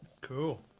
Cool